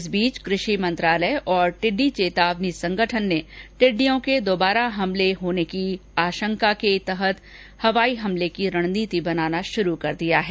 इधर कृषि मंत्रालय और टिड्डी चेतावनी संगठन ने टिड्डियों के दुबारा हमला होने पर हवाई हमले की रणनीति बनाना शुरू कर दिया है